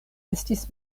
estis